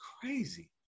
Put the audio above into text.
crazy